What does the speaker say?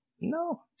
no